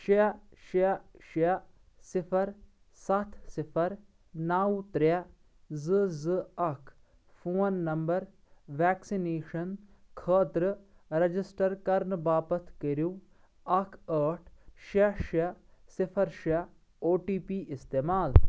شیٚے شیٚے شیٚے صِفر ستھ صِفر نو ترٛےٚ زٕ زٕ اکھ فون نمبر ویکسِنیشن خٲطرٕ رجسٹر کرنہٕ باپتھ کٔرِو اکھ ٲٹھ شیٚے شیٚے صِفر شیٚے او ٹی پی استعمال